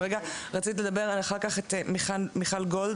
רציתי להדגיש את מה שאילן אמר.